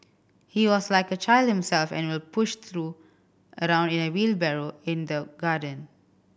he was like a child himself and would push through around in a wheelbarrow in the garden